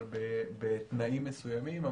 אבל בתנאים מסוימים.